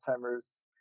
Alzheimer's